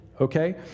okay